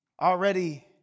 already